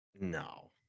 no